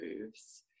moves